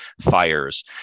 fires